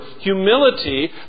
humility